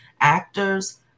actors